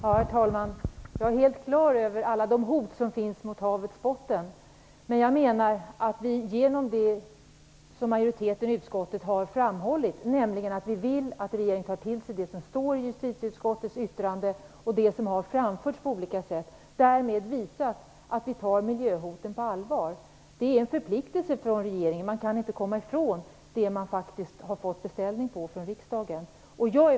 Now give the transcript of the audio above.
Herr talman! Jag är helt klar över alla hoten mot havets botten. Jag menar dock att vi genom det som majoriteten i utskottet har framhållit - att önskemålet är att regeringen tar till sig det som står i justitieutskottets yttrande och det som framförts på olika sätt - visar att vi tar miljöhoten på allvar. Det är en förpliktelse för regeringen. Man kan inte komma ifrån det som faktiskt är en beställning av riksdagen.